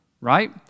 right